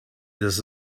this